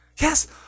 Yes